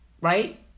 Right